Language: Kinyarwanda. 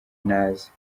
naze